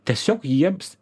tiesiog jiems